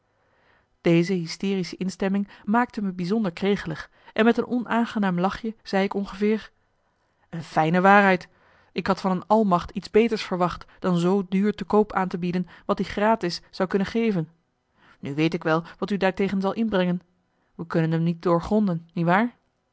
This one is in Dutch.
deze hysterische instemming maakte me bijzonder kregelig en met een onaangenaam lachje zei ik ongeveer een fijne waarheid ik had van een almacht iets beters verwacht dan zoo duur te koop aan te bieden wat i graties zou kunnen geven nu weet ik wel wat u daartegen zal inbrengen we kunnen m niet doorgronden niewaar